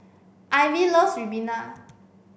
Ivy loves Ribena